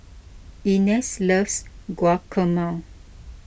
Ines loves Guacamole